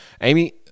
Amy